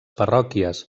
parròquies